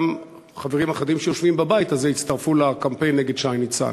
גם חברים אחדים שיושבים בבית הזה הצטרפו לקמפיין נגד שי ניצן.